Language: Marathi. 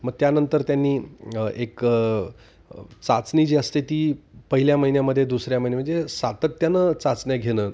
मग त्यानंतर त्यांनी एक चाचणी जी असते ती पहिल्या महिन्यामध्ये दुसऱ्या महिन्या म्हणजे सातत्यानं चाचण्या घेणं